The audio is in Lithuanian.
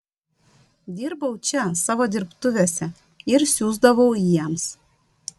dirbau čia savo dirbtuvėse ir siųsdavau jiems